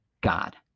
God